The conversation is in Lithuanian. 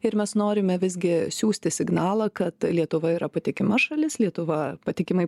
ir mes norime visgi siųsti signalą kad lietuva yra patikima šalis lietuva patikimai